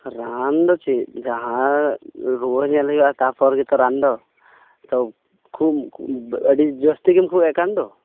ᱨᱟᱱ ᱫᱚ ᱪᱮᱫ ᱡᱟᱦᱟᱸ ᱨᱩᱣᱟᱹ ᱧᱮᱞ ᱦᱩᱭᱩᱜᱼᱟ ᱛᱟᱯᱚᱨ ᱜᱮᱛᱚ ᱨᱟᱱ ᱫᱚ ᱛᱚ ᱠᱷᱩᱵᱽ ᱟᱹᱰᱤ ᱡᱟᱹᱥᱛᱤᱜᱮᱢ ᱠᱷᱩᱜ ᱮᱫ ᱠᱟᱱ ᱫᱚ